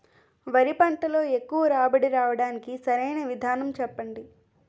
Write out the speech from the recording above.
వరి పంటలో ఎక్కువ రాబడి రావటానికి సరైన విధానం చెప్పండి?